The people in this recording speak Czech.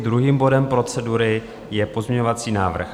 Druhým bodem procedury je pozměňovací návrh